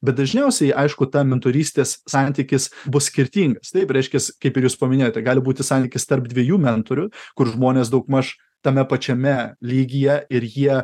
bet dažniausiai aišku ta mentorystės santykis bus skirtingas taip reiškias kaip ir jūs paminėjote gali būti santykis tarp dviejų mentorių kur žmonės daugmaž tame pačiame lygyje ir jie